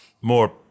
More